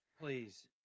please